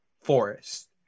forest